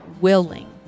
willing